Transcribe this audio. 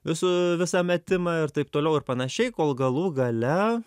visų visą metimą ir taip toliau ir panašiai kol galų gale